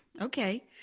Okay